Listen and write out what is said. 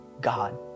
God